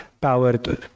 powered